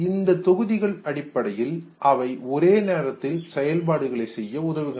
இந்த தொகுதிகள் அடிப்படையில் அவை ஒரே நேரத்தில் செயல்பாடுகளை செய்ய உதவுகின்றன